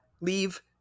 leave